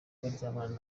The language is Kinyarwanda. baryamana